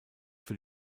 für